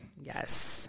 yes